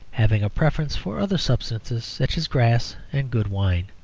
having a preference for other substances, such as grass, and good wine.